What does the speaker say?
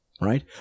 right